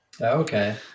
Okay